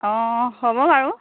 অঁ হ'ব বাৰু